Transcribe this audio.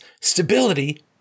stability